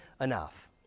enough